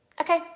okay